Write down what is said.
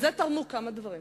תרמו לזה כמה דברים.